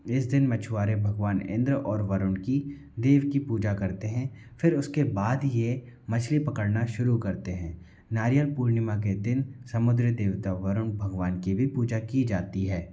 इस दिन मछुआरे भगवान इंद्र और वरुण की देव की पूजा करते हैं फिर उसके बाद ही ये मछली पकड़ना शुरू करते हैं नारियल पूर्णिमा के दिन समुद्र देवता वरुण भगवान की भी पूजा की जाती है